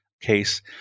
case